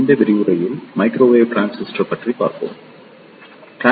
இந்த விரிவுரையில microwave transistor பற்றி பார்ப்போம் விரிவுரையைத் தொடங்குவோம்